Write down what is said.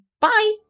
Bye